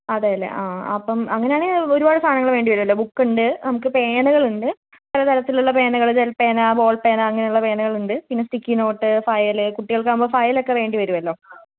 അതേയല്ലേ ആ അപ്പം അങ്ങനെയാണേ ഒരുപാട് സാധനങ്ങൾ വേണ്ടി വരുമല്ലോ ബുക്ക് ഉണ്ട് നമുക്ക് പേനകള്ണ്ട് പല തരത്തിലുള്ള പേനകൾ ജല് പേന ബോള് പേന അങ്ങനെയുള്ള പേനകൾ ഉണ്ട് പിന്നെ സ്റ്റിക്കീ നോട്ട് ഫയല് കുട്ടികള്ക്ക് ആവുമ്പോൾ ഫയൽ ഒക്കെ വേണ്ടി വരുമല്ലോ